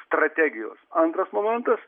strategijos antras momentas